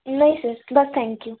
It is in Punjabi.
ਨਹੀਂ ਸਰ ਬਸ ਥੈਂਕ ਯੂ